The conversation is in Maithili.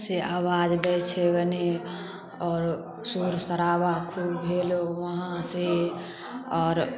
से आबाज दै छै गने आओर शोर शराबा खूब भेल ओहिमे से आओर